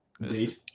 Indeed